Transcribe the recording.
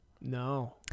No